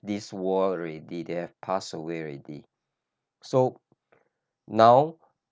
this war already they passed away already so now